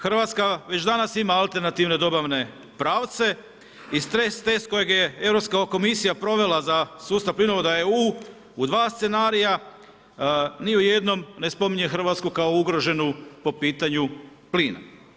Hrvatska već danas ima alternativne dobavne pravce i stres test kojeg je Europska komisija provela za sustav plinova, da je u 2 scenarija, ni u jednom ne spominje Hrvatsku, kao ugrađenu po pitanju plina.